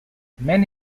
many